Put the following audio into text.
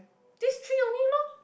this three only lor